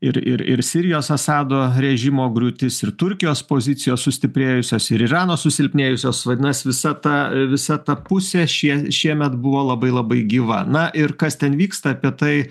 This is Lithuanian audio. ir ir ir sirijos asado režimo griūtis ir turkijos pozicijos sustiprėjusios ir irano susilpnėjusios vadinasi visa ta e visa ta pusė šie šiemet buvo labai labai gyva na ir kas ten vyksta apie tai